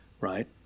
right